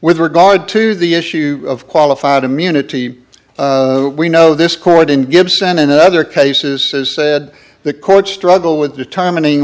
with regard to the issue of qualified immunity we know this court in gibson and other cases has said the courts struggle with determining